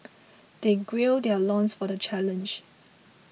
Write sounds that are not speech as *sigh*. they *unintelligible* their loins for the challenge